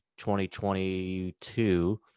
2022